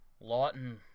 Lawton